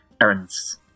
errands